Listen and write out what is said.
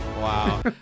Wow